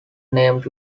named